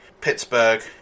Pittsburgh